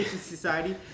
society